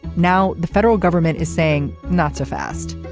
now the federal government is saying not so fast.